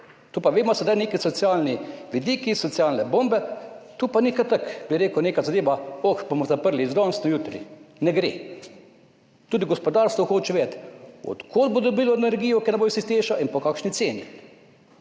To pa vemo, da so zdaj neki socialni vidiki, socialne bombe, to pa ni kar tako, bi rekel, neka zadeva, oh, bomo zaprli z danes na jutri. Ne gre. Tudi gospodarstvo hoče vedeti, od kod bo dobilo energijo, ker ne bo več iz Teša, in po kakšni ceni.